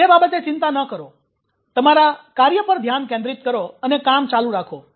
તે બાબતે ચિંતા ન કરો તમારા કાર્ય પર ધ્યાન કેન્દ્રિત કરો અને કામ ચાલુ રાખો